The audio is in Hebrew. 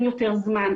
ואורכים יותר זמן.